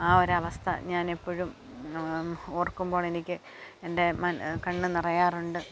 ആ ഒരവസ്ഥ ഞാൻ എപ്പോഴും ഓർക്കുമ്പോൾ എനിക്ക് എൻ്റെ കണ്ണു നിറയാറുണ്ട്